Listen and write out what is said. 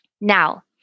Now